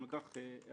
גם על כך הערנו,